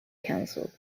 canceled